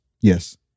Yes